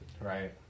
Right